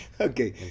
Okay